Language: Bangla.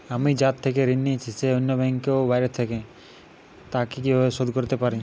আমি যার থেকে ঋণ নিয়েছে সে অন্য ব্যাংকে ও বাইরে থাকে, তাকে কীভাবে শোধ করতে পারি?